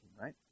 right